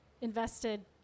invested